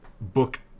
book